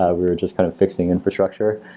ah we were just kind of fixing infrastructure.